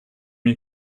you